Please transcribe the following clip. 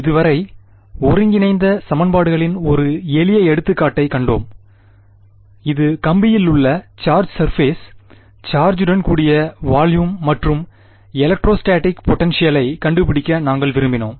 இதுவரை ஒருங்கிணைந்த சமன்பாடுகளின் ஒரு எளிய எடுத்துக்காட்டைக் கண்டோம் இது கம்பியில் உள்ள சார்ஜ் சர்பேஸ் சார்ஜூடன் கூடிய வொலும் மற்றும் எலெக்ட்ரோஸ்டாடிக் பொடென்ஷியலை கண்டுபிடிக்க நாங்கள் விரும்பினோம்